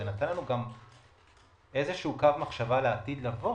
זה נתן לנו גם איזה קו מחשבה לעתיד לבוא